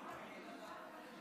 אדוני